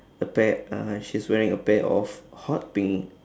a pair uh she's wearing a pair of hot pink